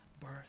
birth